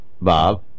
Bob